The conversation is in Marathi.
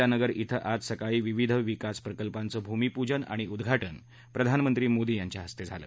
ठानगर ी आज सकाळी विविध विकास प्रकल्पांचं भूमीपूजन आणि उद्घाटन प्रधानमंत्री मोदी यांच्या हस्ते झालं